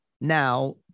Now